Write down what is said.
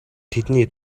тэдний